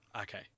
Okay